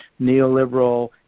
neoliberal